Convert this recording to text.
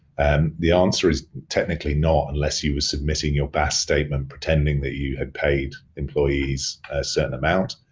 and the answer is technically not unless you were submitting your bas statement pretending that you had paid employees a certain amount.